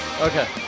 Okay